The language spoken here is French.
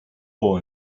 pour